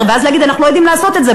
ואז להגיד: אנחנו לא יודעים לעשות את זה,